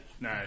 No